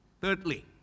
Thirdly